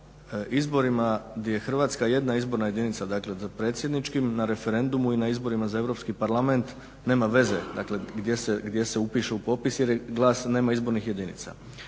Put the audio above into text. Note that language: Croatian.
na izborima gdje je Hrvatska jedna izborna jedinica, dakle za predsjedničkim na referendumu i na izborima za Europski parlament nema veze, dakle gdje se upiše u popis jer glas nema izbornih jedinica.